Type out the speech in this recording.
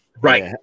Right